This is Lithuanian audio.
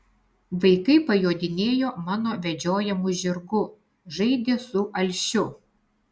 vaikai pajodinėjo mano vedžiojamu žirgu žaidė su alšiu